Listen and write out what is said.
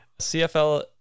CFL